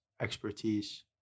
expertise